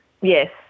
Yes